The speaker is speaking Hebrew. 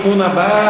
כי הם האויב,